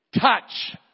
touch